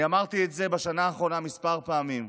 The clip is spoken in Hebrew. אני אמרתי את זה בשנה האחרונה כמה פעמים: